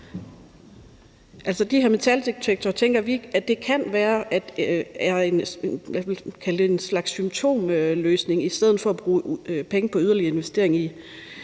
De her metaldetektorer tænker vi kan være en slags symptomløsning i stedet for bruge penge på yderligere investeringer i